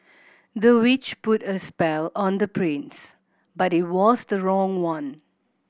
the witch put a spell on the prince but it was the wrong one